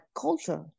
culture